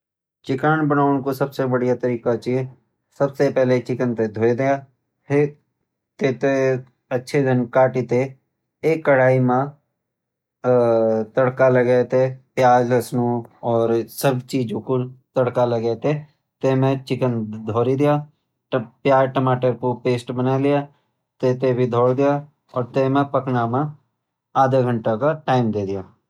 चिकन बनोण कू सबसे बडिया तरीका छ सबसे पहले चिकन तै धोय द्या फिर तै थैं अच्छे जन कटी तैं एक कडाई म तडका लगे तैं प्याज लहसुन और सब चीजु कु तडका लगे तैं तै म चिकन धरी द्य प्याज टमाटर कु पेस्ट बन्या ल्या तै थैं भी धरी द्या और तै म पकणा म आधा घण्टा का टाइम दे द्या।